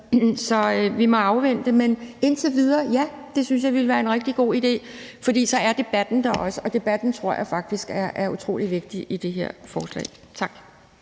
Så vi må vente. Men indtil videre vil jeg sige: Ja, det synes jeg ville være en rigtig god idé, for så er debatten der også, og debatten tror jeg faktisk er utrolig vigtig i det her forslag. Tak.